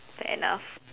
fair enough